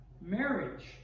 marriage